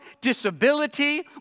disability